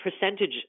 percentage